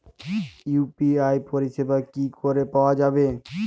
UPI পরিষেবা কি করে পাওয়া যাবে?